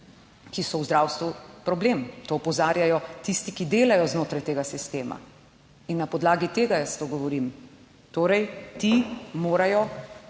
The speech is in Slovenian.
ki so v zdravstvu problem, to opozarjajo tisti, ki delajo znotraj tega sistema in na podlagi tega jaz to govorim. Torej, ti morajo